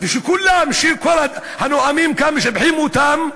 ושכל הנואמים כאן משבחים אותם,